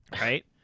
Right